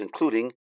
including